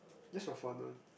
just for fun one